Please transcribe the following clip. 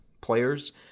players